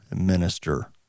minister